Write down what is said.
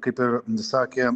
kaip ir sakė